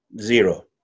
zero